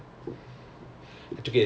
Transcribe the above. you took as a U_E is it